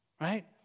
Right